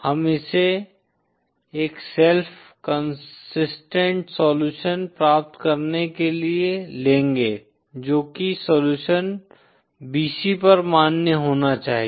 हम इसे एक सेल्फ कंसिस्टेंट सलूशन प्राप्त करने के लिए लेंगे जो कि सलूशन bc पर मान्य होना चाहिए